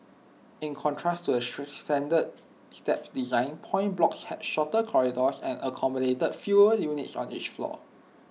in contrast to the standard slab design point blocks had shorter corridors and accommodated fewer units on each floor